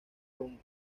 con